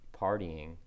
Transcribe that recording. partying